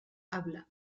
habla